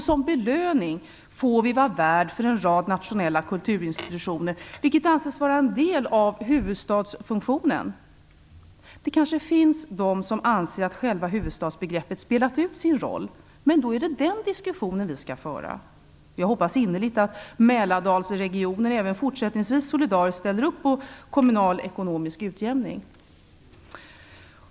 Som belöning får vi vara värd för en rad nationella kulturinstitutioner, vilket anses vara en del av huvudstadsfunktionen. Det finns kanske de som anser att själva huvudstadsbegreppet spelat ut sin roll, men då är det den diskussionen som vi skall föra. Jag hoppas innerligt att Mälardalsregionen även fortsättningsvis, solidariskt, ställer upp på kommunal ekonomisk utjämning.